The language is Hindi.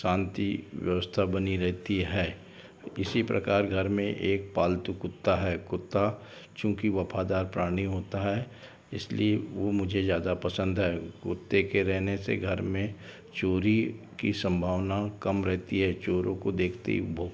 शांति व्यवस्था बनी रहती है इसी प्रकार घर में एक पालतू कुत्ता है कुत्ता चूंकि वफ़ादार प्राणी होता है इसलिए वो मुझे ज़्यादा पसंद है कुत्ते के रहने से घर में चोरी की संभावना कम रहती है चोरों को देखते ही